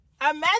imagine